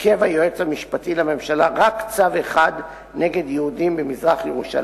עיכב היועץ המשפטי לממשלה רק צו אחד נגד יהודים במזרח-ירושלים,